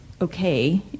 okay